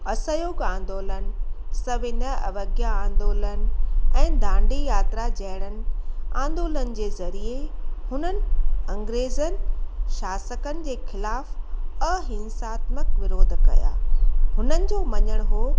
असहयोगु आंदोलन सविनय अवज्ञा आंदोलन ऐं दांडी यात्रा जहिड़नि आंदोलन जे ज़रिये हुननि अंग्रेज़नि शासकनि जे खिलाफ़ु अहिंसात्मक विरोध कया हुननि जो मञणु हो